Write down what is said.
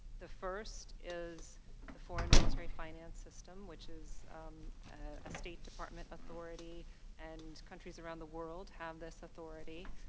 the first is the foreign military finance system, which is a state department authority and countries around the world have this authority.